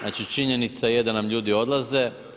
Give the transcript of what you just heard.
Znači, činjenica je da nam ljudi odlaze.